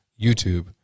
YouTube